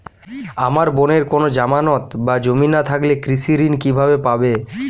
আমার বোনের কোন জামানত বা জমি না থাকলে কৃষি ঋণ কিভাবে পাবে?